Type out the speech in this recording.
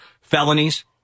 felonies